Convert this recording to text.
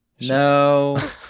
No